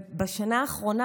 בשנה האחרונה,